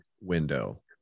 window